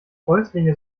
fäustlinge